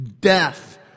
death